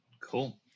Cool